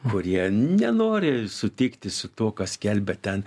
kurie nenori sutikti su tuo ką skelbia ten